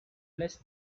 less